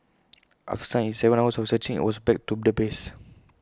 after some Seven hours of searching IT was back to the base